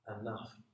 enough